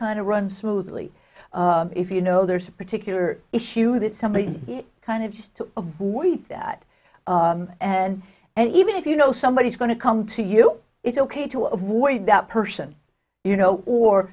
kind of runs smoothly if you know there's a particular issue that somebody kind of just to avoid that and and even if you know somebody is going to come to you it's ok to avoid that person you know or